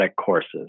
courses